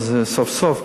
סוף-סוף,